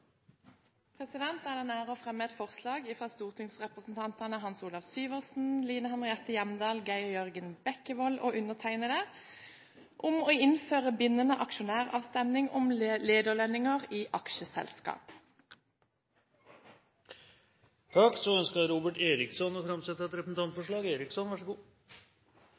Det er en ære å fremme et forslag på vegne av stortingsrepresentantene Hans Olav Syversen, Line Henriette Hjemdal, Geir Jørgen Bekkevold og meg selv om å innføre bindende aksjonæravstemning om lederlønninger i aksjeselskap. Så ønsker representanten Robert Eriksson å framsette et representantforslag.